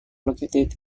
located